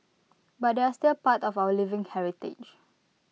but they're still part of our living heritage